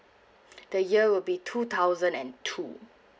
the year will be two thousand and two